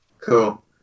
cool